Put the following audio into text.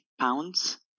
pounds